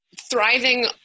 thriving